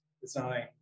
design